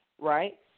right